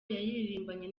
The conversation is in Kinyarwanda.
yaririmbanye